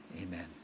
Amen